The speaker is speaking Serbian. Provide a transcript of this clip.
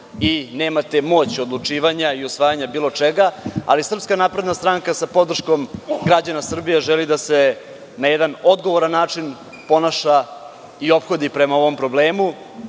i nemate moć odlučivanja i usvajanja bilo čega, ali SNS sa podrškom građana Srbije želi da se na jedan odgovoran način ponaša i ophodi prema ovom problemu.